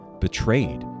betrayed